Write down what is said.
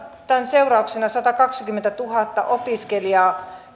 tämän seurauksena satakaksikymmentätuhatta opiskelijaa